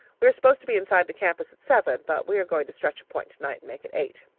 we are supposed to be inside the campus at seven, but we are going to stretch a point tonight and make it eight.